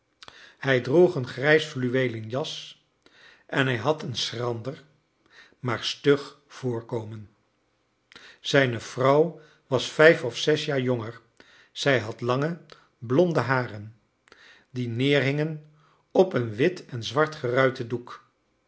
hij droeg een grijs fluweelen jas en hij had een schrander maar stug voorkomen zijne vrouw was vijf of zes jaar jonger zij had lange blonde haren die neerhingen op een wit en zwart geruiten doek